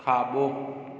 खाॿो